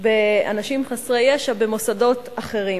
באנשים חסרי ישע במוסדות אחרים.